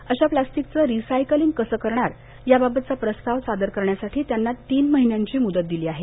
अशा प्लास्टिकचं रिसायकलिंग कसं करणार याबाबतचा प्रस्ताव सादर करण्यासाठी त्यांना तीन महिन्यांची मुदत दिली आहे